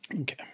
Okay